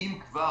אם כבר,